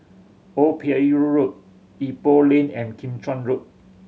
Old Pier Road Ipoh Lane and Kim Chuan Road